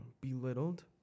belittled